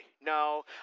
No